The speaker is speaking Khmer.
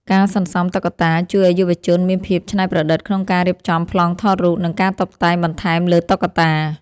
ការសន្សំតុក្កតាជួយឱ្យយុវជនមានភាពច្នៃប្រឌិតក្នុងការរៀបចំប្លង់ថតរូប និងការតុបតែងបន្ថែមលើតុក្កតា។